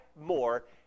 more